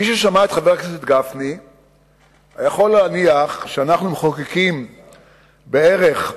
מי ששמע את חבר הכנסת גפני יכול להניח שאנחנו מחוקקים בערך 300,